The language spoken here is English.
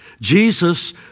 Jesus